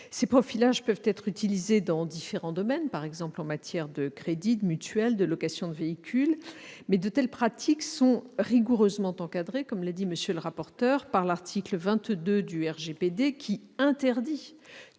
Ces profilages peuvent être utilisés dans différents domaines, par exemple en matière de crédits, de mutuelles, de location de véhicules. Mais de telles pratiques sont rigoureusement encadrées, comme l'a dit M. le rapporteur, par l'article 22 du RGPD, qui interdit